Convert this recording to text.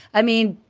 i mean,